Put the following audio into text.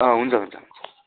अँ हुन्छ हुन्छ हुन्छ